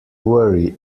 worry